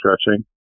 stretching